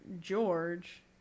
George